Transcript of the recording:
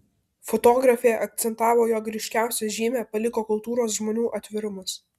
fotografė akcentavo jog ryškiausią žymę paliko kultūros žmonių atvirumas